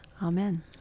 Amen